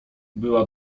była